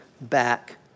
back